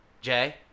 Jay